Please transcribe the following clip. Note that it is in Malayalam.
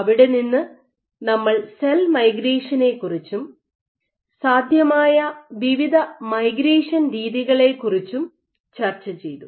അവിടെ നിന്ന് നമ്മൾ സെൽ മൈഗ്രേഷനെക്കുറിച്ചും സാധ്യമായ വിവിധ മൈഗ്രേഷൻ രീതികളെക്കുറിച്ചും ചർച്ചചെയ്തു